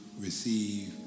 receive